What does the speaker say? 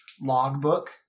logbook